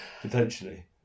potentially